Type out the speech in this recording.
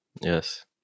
Yes